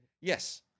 Yes